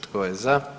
Tko je za?